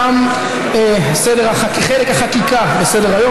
תם חלק החקיקה בסדר-היום.